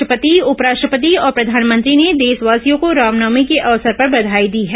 राष्ट्रपति उपराष्ट्रपति और प्रधानमंत्री ने देशवासियों को रामनवमी के अवसर पर बघाई दी है